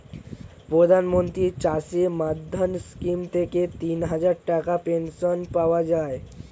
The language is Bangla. প্রধানমন্ত্রী চাষী মান্ধান স্কিম থেকে তিনহাজার টাকার পেনশন পাওয়া যায়